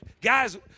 guys